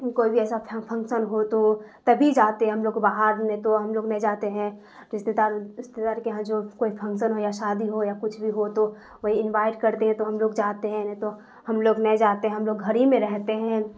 کوئی بھی ایسا فنکشن ہو تو تبھی جاتے ہیں ہم لوگ کو باہر نہیں تو ہم لوگ نہیں جاتے ہیں رشتے دار رستے دار کے یہاں جو کوئی فنکشن ہو یا شادی ہو یا کچھ بھی ہو تو وہی انوائٹ کرتے ہیں تو ہم لوگ جاتے ہیں نہیں تو ہم لوگ نہیں جاتے ہیں ہم لوگ گھر ہی میں رہتے ہیں